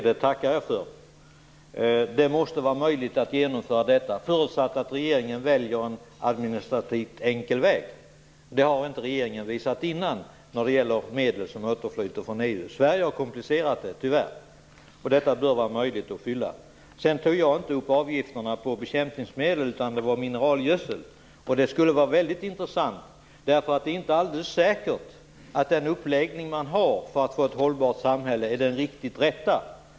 Herr talman! Det sista beskedet tackar jag för. Det måste vara möjligt att genomföra detta förutsatt att regeringen väljer en administrativt enkel väg. Det har inte regeringen visat innan när det gäller medel som återflyter från EU. Sverige har komplicerat det, tyvärr. Detta bör vara möjligt att fylla. Jag talade inte om avgifter på bekämpningsmedel, utan på mineralgödsel. Det skulle vara intressant att få svar. Det är inte säkert att den uppläggning man har för att få ett hållbart samhälle är riktigt den rätta.